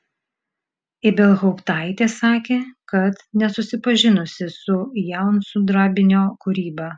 ibelhauptaitė sakė kad nesusipažinusi su jaunsudrabinio kūryba